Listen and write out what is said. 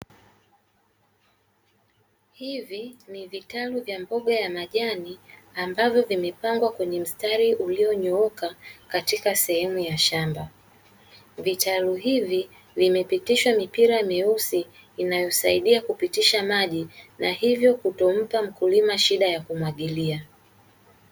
Hivi ni vitaru vya mboga ya majani ambavyo vimepangwa kwenye msitari ulionyooka katika sehemu ya shamba, vitaru hivi vimepitisha mipira mieusi inayosaidia kupitisha maji na hivyo kutompa mkulima shida ya kumwagilia.